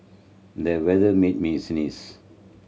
the weather made me sneeze